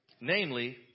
namely